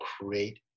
create